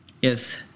Yes